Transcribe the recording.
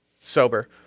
sober